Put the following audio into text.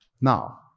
Now